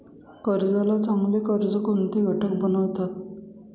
कर्जाला चांगले कर्ज कोणते घटक बनवितात?